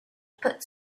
put